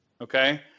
okay